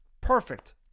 Perfect